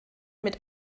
mit